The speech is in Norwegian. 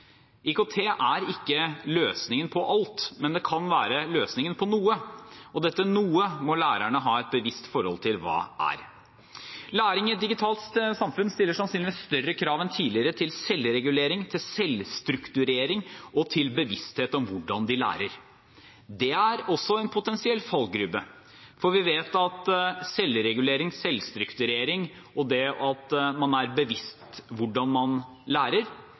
IKT er ikke løsningen på alt, men det kan være løsningen på noe, og dette «noe» må lærerne ha et bevisst forhold til hva er. Læring i et digitalt samfunn stiller sannsynligvis større krav enn tidligere til selvregulering, til selvstrukturering og til bevissthet om hvordan de lærer. Det er også en potensiell fallgruve. For vi vet at selvregulering, selvstrukturering og det at man er seg bevisst hvordan man lærer,